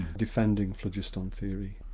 defending phlogiston theory.